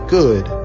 good